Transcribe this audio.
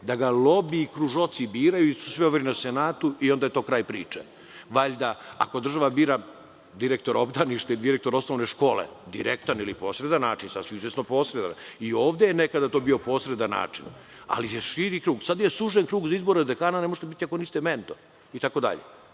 da ga lobiji i kružoci, birajući se sve overe na senatu i onda je to kraj priče. Valjda, ako država bira direktora obdaništa ili direktora osnovne škole, na direktan ili posredan način, i ovde je to nekada bio posredan način, ali je širi krug. Sada je sužen krug za izbore dekana, ne možete biti ako niste mentor itd.